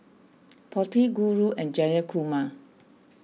Potti Guru and Jayakumar